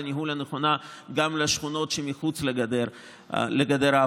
הניהול הנכונה גם לשכונות שמחוץ לגדר ההפרדה.